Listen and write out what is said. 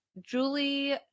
julie